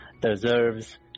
deserves